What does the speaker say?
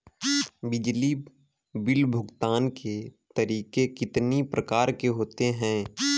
बिजली बिल भुगतान के तरीके कितनी प्रकार के होते हैं?